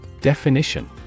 Definition